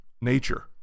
nature